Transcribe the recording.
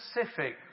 specific